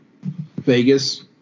Vegas